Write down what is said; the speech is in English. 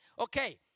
Okay